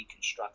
deconstruct